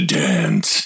dance